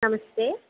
नमस्ते